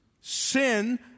Sin